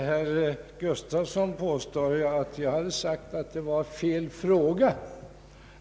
Herr talman! Herr Nils-Eric Gustafsson påstår att jag hade sagt att det här gällde fel fråga.